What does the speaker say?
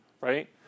right